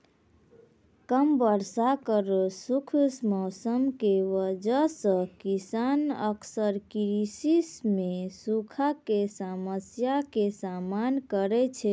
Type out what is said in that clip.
कम वर्षा आरो खुश्क मौसम के वजह स किसान अक्सर कृषि मॅ सूखा के समस्या के सामना करै छै